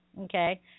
okay